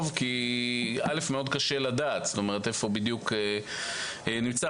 כי מאוד קשה לדעת איפה בדיוק הוא נמצא.